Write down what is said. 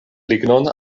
lignon